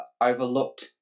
overlooked